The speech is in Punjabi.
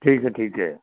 ਠੀਕ ਹੈ ਠੀਕ ਹੈ